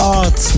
art